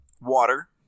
Water